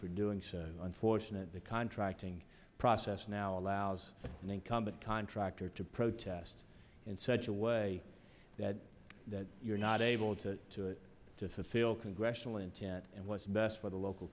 for doing so unfortunately contracting process now allows an incumbent contractor to protest in such a way that that you're not able to fulfill congressional intent and what's best for the local